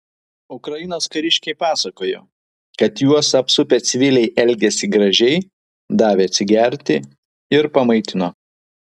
ukrainos kariškiai pasakojo kad juos apsupę civiliai elgėsi gražiai davė atsigerti ir pamaitino